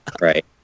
Right